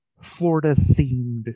Florida-themed